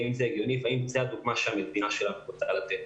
האם זה הגיוני והאם זאת הדוגמה שהמדינה שלנו רוצה לתת?